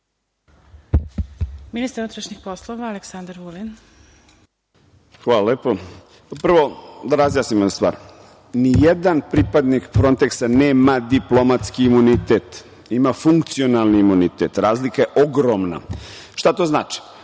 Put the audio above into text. ministar unutrašnjih poslova Aleksandar Vulin. **Aleksandar Vulin** Hvala lepo. Prvo, da razjasnimo jednu stvar. Nijedan pripadnik Fronteksa nema diplomatski imunitet. Ima funkcionalni imunitet, a razlika je ogromna. Šta to znači?